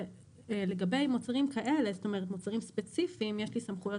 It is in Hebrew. לגבי מוצרים ספציפיים יש לי סמכויות